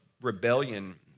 rebellion